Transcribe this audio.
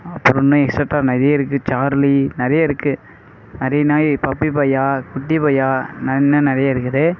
அப்பறம் இன்னும் எக்ஸட்ரா நிறைய இருக்கு சார்லி நிறைய இருக்கு நிறைய நாய் பப்பி பையா குட்டி பையா நாய் இன்னும் நிறைய இருக்குது